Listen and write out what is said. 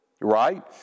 Right